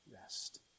rest